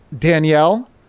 Danielle